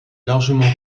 largement